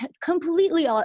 completely